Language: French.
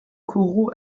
coraux